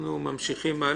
רבותיי, אנחנו ממשיכים.